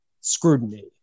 scrutiny